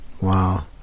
Wow